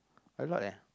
a lot eh